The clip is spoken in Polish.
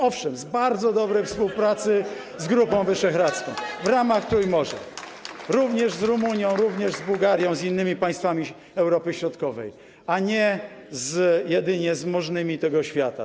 Owszem, z bardzo dobrej współpracy z Grupą Wyszehradzką w ramach Trójmorza, również z Rumunią, również z Bułgarią, z innymi państwami Europy Środkowej, a nie jedynie z możnymi tego świata.